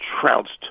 trounced